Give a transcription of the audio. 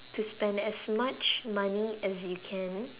to spend as much money as you can